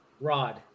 Rod